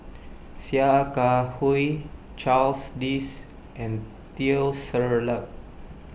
Sia Kah Hui Charles Dyce and Teo Ser Luck